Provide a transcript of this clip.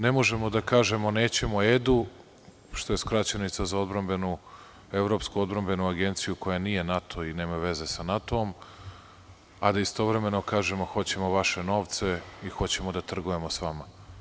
Ne možemo da kažemo nećemo EDU, što je skraćenica za Evropsku odbrambenu agenciju koja nije NATO i nema veze sa NATO, a da istovremeno kažemo, hoćemo vaše novce i hoćemo da trgujemo sa vama.